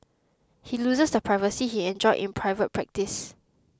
he loses the privacy he enjoyed in private practice